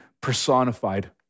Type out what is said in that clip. personified